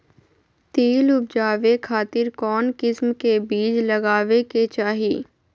तिल उबजाबे खातिर कौन किस्म के बीज लगावे के चाही?